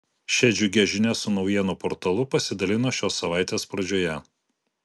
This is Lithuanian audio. šia džiugia žinia su naujienų portalu pasidalino šios savaitės pradžioje